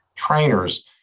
trainers